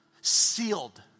Sealed